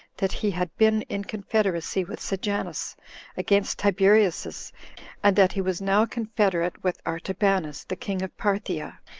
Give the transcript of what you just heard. that he had been in confederacy with sejanus against tiberius's and that he was now confederate with artabanus, the king of parthia,